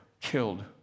killed